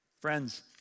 Friends